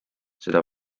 seda